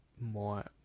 more